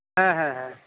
ᱦᱮᱸ ᱦᱮᱸ ᱦᱮᱸ